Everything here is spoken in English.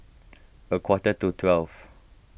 a quarter to twelve